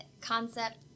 concept